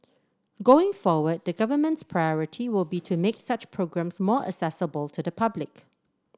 going forward the government's priority will be to make such programmes more accessible to the public